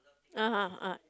(uh huh) ah